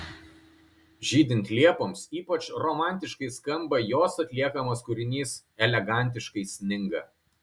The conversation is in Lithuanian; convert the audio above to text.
žydint liepoms ypač romantiškai skamba jos atliekamas kūrinys elegantiškai sninga